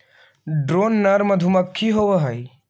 drone नर मधुमक्खी होवअ हई